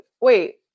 wait